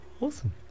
Awesome